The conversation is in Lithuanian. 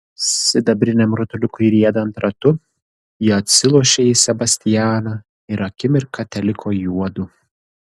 sidabriniam rutuliukui riedant ratu ji atsilošė į sebastianą ir akimirką teliko juodu